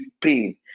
pain